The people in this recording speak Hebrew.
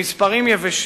במספרים יבשים: